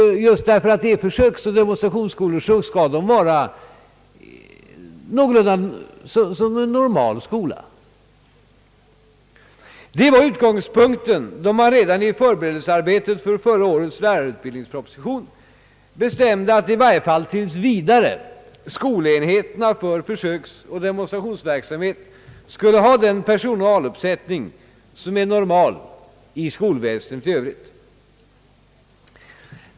Just för att de är försöksoch demonstrationsskolor bör de vara någorlunda lika normala skolor. « Detta var utgångspunkten när man redan vid förberedelsearbetet för förra årets lärarutbildningsproposition bestämde, att skolenheterna för försöksoch demonstrationsverksamhet i varje fall tills vidare skulle ha den personaluppsättning som är normal inom skolväsendet i övrigt.